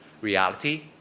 Reality